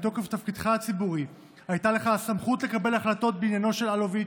מתוקף תפקידך הציבורי הייתה לך הסמכות לקבל החלטות בעניינו של אלוביץ'